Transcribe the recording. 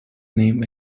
name